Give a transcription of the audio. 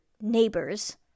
neighbors